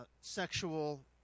sexual